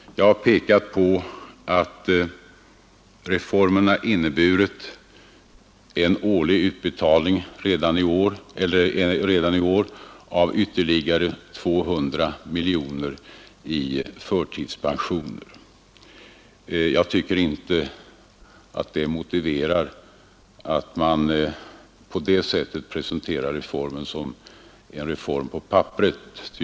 Jag har pekat på att reformen innebär utbetalningar detta budgetår av omkring 200 miljoner kronor i förtidspension. Jag tycker inte att det motiverar att man presenterar reformen som en reform på papperet.